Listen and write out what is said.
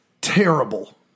terrible